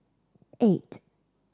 eight